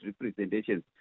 representations